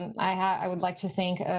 and i would like to thank